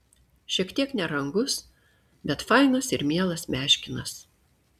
šiek tiek nerangus bet fainas ir mielas meškinas